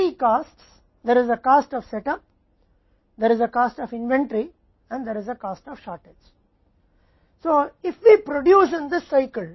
तीन लागत हैं सेट अप की लागत है इन्वेंट्री की लागत है और कमी की लागत है